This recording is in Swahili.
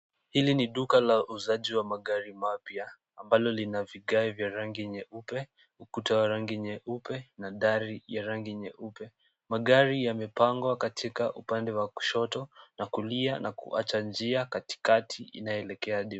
Hili ni duka la uuzaji wa magari mapya ambalo lina vigari vya rangi nyeupe, kutoa rangi nyeupe na gari ya rangi nyeupe. Magari yamepangwa katika upande wa kushoto na kulia na kuacha njia katikati inayoelekea duka.